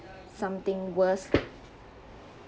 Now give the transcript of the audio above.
something worst